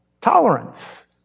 tolerance